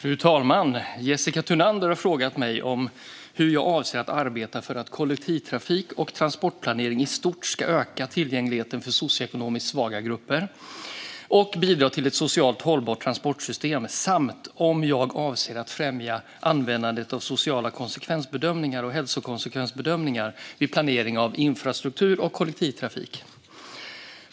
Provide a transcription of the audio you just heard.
Fru talman! har frågat mig hur jag avser att arbeta för att kollektivtrafik och transportplanering i stort ska öka tillgängligheten för socioekonomiskt svaga grupper och bidra till ett socialt hållbart transportsystem samt om jag avser att främja användandet av sociala konsekvensbedömningar och hälsokonsekvensbedömningar vid planering av infrastruktur och kollektivtrafik.